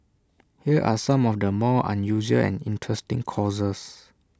here are some of the more unusual and interesting courses